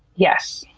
yes.